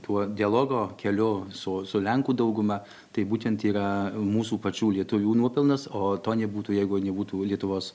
tuo dialogo keliu su su lenkų dauguma tai būtent yra mūsų pačių lietuvių nuopelnas o to nebūtų jeigu nebūtų lietuvos